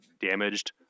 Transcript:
damaged